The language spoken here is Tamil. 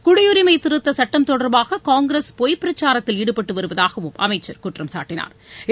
குடியுரிமைதிருத்தசுட்டம் தொடர்பாககாங்கிரஸ் பொய் பிரச்சாரத்தில் ஈடுபட்டுவருவதாகவும் அமைச்சா் குற்றம்சாட்டினா்